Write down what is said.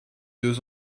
deux